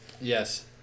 Yes